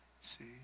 see